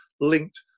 linked